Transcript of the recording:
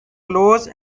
close